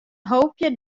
hoopje